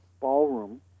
Ballroom